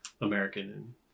American